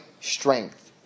strength